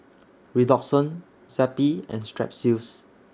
Redoxon Zappy and Strepsils